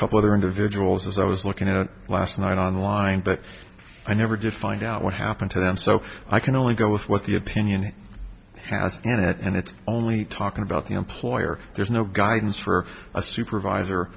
couple other individuals as i was looking at it last night on line but i never did find out what happened to them so i can only go with what the opinion has and it's only talking about the employer there's no guidance for a supervisor